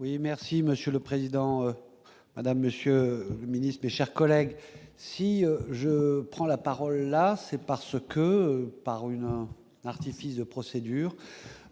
Oui, merci Monsieur le Président Madame Monsieur le ministre des chers collègues, si je prends la parole là c'est parce que par une un artifice de procédure,